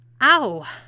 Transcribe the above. Ow